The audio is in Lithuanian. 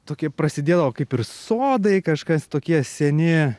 tokie prasidėdavo kaip ir sodai kažkas tokie seni